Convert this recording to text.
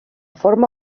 forma